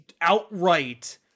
outright